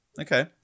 Okay